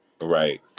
right